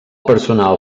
personal